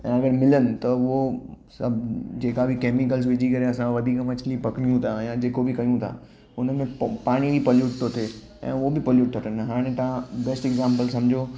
ऐं अगरि मिलनि त उहो सभु जेका बि कैमिकल्स विझी करे असां वधीक मछली पकड़ियूं था या जेको बि कयूं था हुनमें पाणी पल्यूट थो थिए ऐं उहो बि पल्यूट था कनि हाणे तव्हां बेस्ट एक्सांपल सम्झो